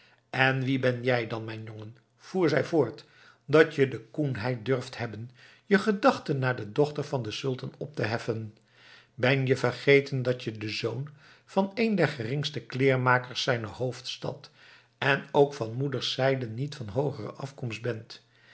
en wie ben jij dan mijn jongen voer zij voort dat je de koenheid durft hebben je gedachten naar de dochter van den sultan op te heffen ben je vergeten dat je de zoon van een der geringste kleermakers zijner hoofdstad en ook van moederszijde niet van hoogere afkomst bent